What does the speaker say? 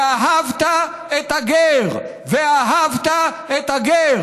ואהבת את הגר,